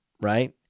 right